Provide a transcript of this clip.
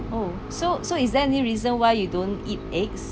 so so is there any reason why you don't eat eggs